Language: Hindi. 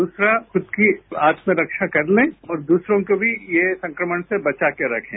दूसरा खुद की आत्मरक्षा करने और दूसरों को भी ये संक्रमण से बचा कर रखें